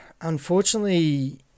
unfortunately